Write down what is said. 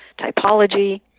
typology